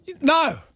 No